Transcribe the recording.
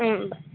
ಹ್ಞೂ ಬೈ